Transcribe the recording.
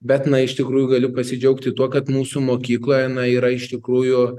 bet na iš tikrųjų galiu pasidžiaugti tuo kad mūsų mokykloje na yra iš tikrųjų